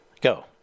Go